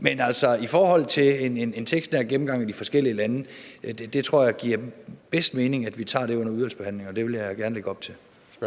men hvad angår det med at få en tekstnær gennemgang af det i forhold til de forskellige lande, tror jeg, det giver bedst mening, at vi tager det under udvalgsbehandlingen, og det vil jeg gerne lægge op til. Kl.